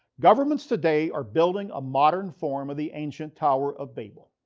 governments today are building a modern form of the ancient tower of babel,